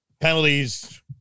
penalties